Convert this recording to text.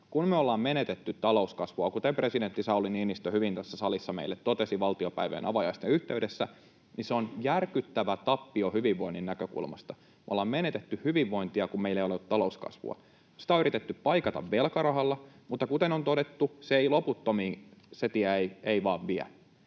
kun me ollaan menetetty talouskasvua, kuten presidentti Sauli Niinistö hyvin tässä salissa meille totesi valtiopäivien avajaisten yhteydessä, niin se on järkyttävä tappio hyvinvoinnin näkökulmasta. Me ollaan menetetty hyvinvointia, kun meillä ei ole ollut talouskasvua. Sitä on yritetty paikata velkarahalla, mutta kuten on todettu, se tie ei vain